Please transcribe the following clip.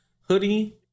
Hoodie